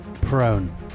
prone